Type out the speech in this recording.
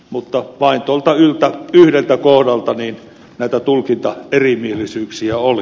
mutta vain tuolta yhdeltä kohdalta näitä tulkintaerimielisyyksiä oli